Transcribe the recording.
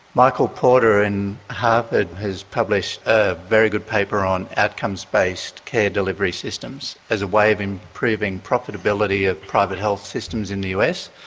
michael porter in harvard ah has published a very good paper on outcomes-based care delivery systems as a way of improving profitability of private health systems in the us,